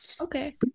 okay